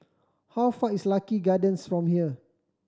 how far is Lucky Gardens from here